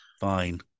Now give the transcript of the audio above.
Fine